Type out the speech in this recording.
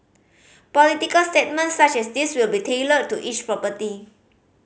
political statements such as these will be tailored to each property